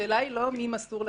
השאלה היא לא מי מסור לציבור.